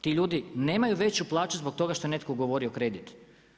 Ti ljudi nemaju veću plaću zbog toga što je netko govorio o kreditu.